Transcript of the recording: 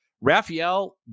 Raphael